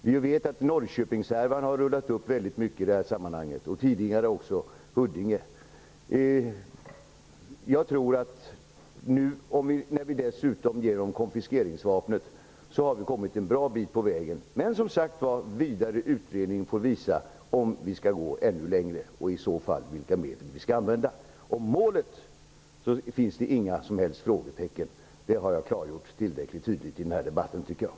Vi vet att Norrköpingshärvan, och tidigare också Huddingehärvan, har rullat upp. När vi nu dessutom ger polisen konfiskeringsvapnet har vi kommit en bra bit på vägen. Men som sagt får en vidare utredning visa om vi skall gå ännu längre och vilka medel vi i så fall skall använda. Målet finns det inga som helst frågetecken kring, det har jag klargjort tillräckligt tydligt i debatten.